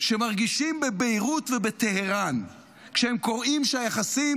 שמרגישים בביירות ובטהרן כשהם קוראים שהיחסים